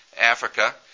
Africa